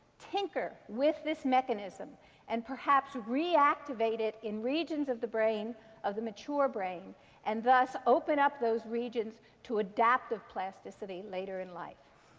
tinker with this mechanism and perhaps reactivate it in regions of the brain of the mature brain and thus open up those regions to adaptive plasticity later in life.